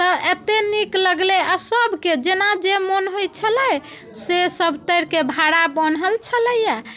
तऽ एतेक नीक लगलै आ सबके जेना जे मन होइत छलै से सब तरिके भाड़ा बान्हल छलैया